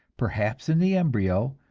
perhaps in the embryo,